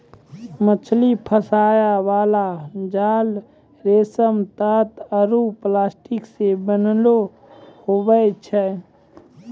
मछली फसाय बाला जाल रेशम, तात आरु प्लास्टिक से बनैलो हुवै छै